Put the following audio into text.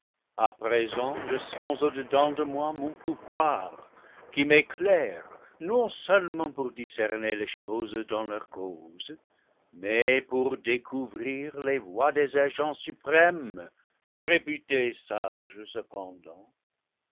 à présent je sens au dedans de moi mon pouvoir qui m'éclaire non-seulement pour discerner les choses dans leurs causes mais pour découvrir les voies des agents suprêmes réputés sages cependant